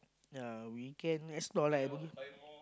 ya we can restore like